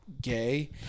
gay